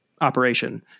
operation